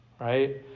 right